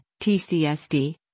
TCSD